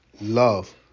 love